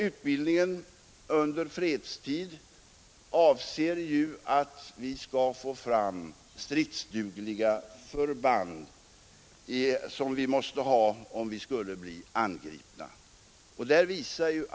Utbildningen under fredstid avser ju att vi skall få fram stridsdugliga förband, som vi måste ha om vi skulle bli angripna.